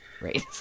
Right